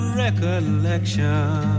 recollection